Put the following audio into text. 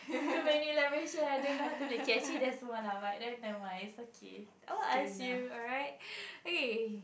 too many lah don't know how to like can see that small lah but then never mind it's okay I will ask you alright